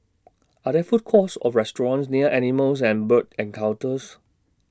Are There Food Courts Or restaurants near Animals and Bird Encounters